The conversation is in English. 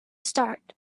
start